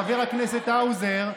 חבר הכנסת האוזר,